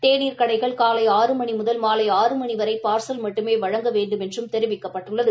தேநீர் கடைகள் காலை ஆறு மணி முதல் மாலை ஆறு மணி வரை பார்சல் மட்டுமே வழங்க வேண்டுமென்றும் தெரிவிக்கப்பட்டுள்ளது